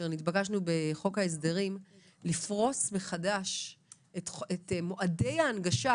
כאשר נתבקשנו בחוק ההסדרים לפרוס מחדש את מועדי ההנגשה